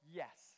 yes